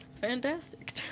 Fantastic